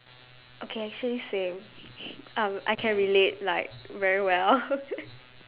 okay actually same um I can relate like very well